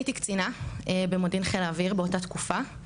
אני הייתי קצינה במודיעין חיל האוויר באותה תקופה,